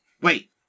wait